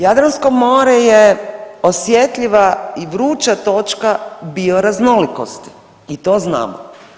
Jadransko more je osjetljiva i vruća točka bioraznolikosti i to znamo.